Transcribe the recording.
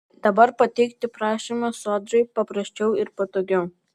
dabar pateikti prašymą sodrai paprasčiau ir patogiau